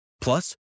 Plus